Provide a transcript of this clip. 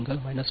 01 266